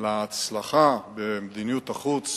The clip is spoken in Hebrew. להצלחה במדיניות החוץ